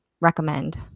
recommend